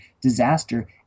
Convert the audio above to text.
disaster